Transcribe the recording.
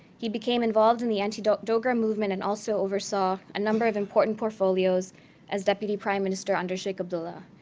he became involved in the anti-dogra movement, and also oversaw a number of important portfolios as deputy prime minister under sheikh abdullah.